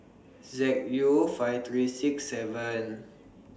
Z U five three six seven